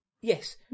Yes